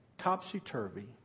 topsy-turvy